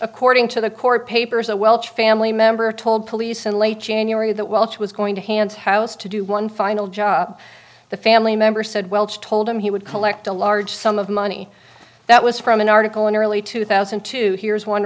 according to the court papers a welsh family member told police in late january that welch was going to hans house to do one final job the family member said welch told him he would collect a large sum of money that was from an article in early two thousand and two here's one